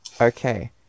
Okay